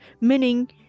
Meaning